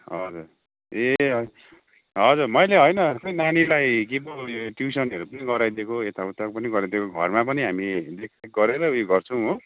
हजुर ए हजुर मैले होइन खै नानीलाई के पो ट्युसनहरू पनि गराइदिएको एताउता पनि गराइदिएको घरमा पनि हामी देखरेख गरेरै उयो गर्छौँ हो